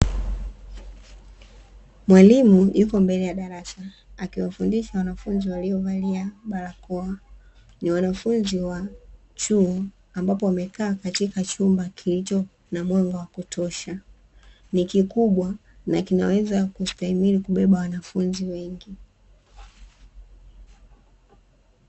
Mwalimu yuko mbele ya darasa akiwafundisha wanafunzi waliovalia barakoa, ni wanafunzi wa chuo ambapo wamekaa katika chumba kilicho na mwanga wa kutosha ni kikubwa na kinaweza kustahimili kubeba wanafunzi wengi.